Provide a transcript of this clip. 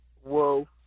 Whoa